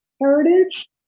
heritage